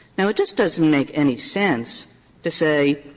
now, it just doesn't make any sense to say,